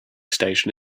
station